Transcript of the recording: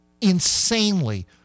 insanely